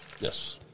Yes